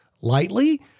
lightly